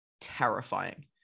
terrifying